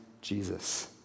Jesus